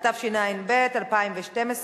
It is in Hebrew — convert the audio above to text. אין מתנגדים, אין נמנעים.